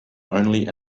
only